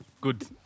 Good